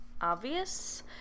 obvious